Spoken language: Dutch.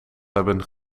hebben